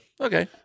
okay